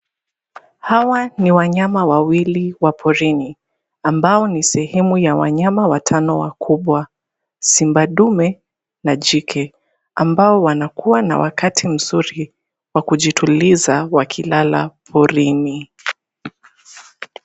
Hawa ni wanyama wawili wa porini, ambao ni sehemu ya wanyama watano wakubwa. Simba dume na jike, ambao wanakuwa na wakati mzuri wa kujituliza wakilala porini.